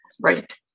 Right